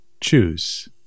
choose